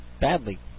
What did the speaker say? Badly